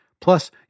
Plus